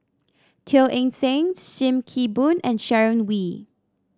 Teo Eng Seng Sim Kee Boon and Sharon Wee